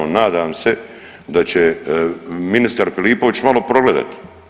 Nadam se da će ministar Filipović malo progledati.